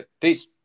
Peace